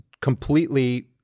completely